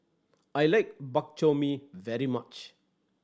I like Bak Chor Mee very much